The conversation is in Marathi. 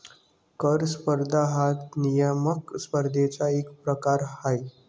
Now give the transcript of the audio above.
कर स्पर्धा हा नियामक स्पर्धेचा एक प्रकार आहे